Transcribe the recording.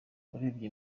urebye